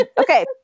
Okay